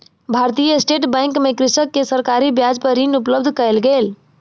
भारतीय State Bank मे कृषक के सरकारी ब्याज पर ऋण उपलब्ध कयल गेल